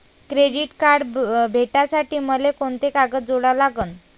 Credit card भेटासाठी मले कोंते कागद जोडा लागन?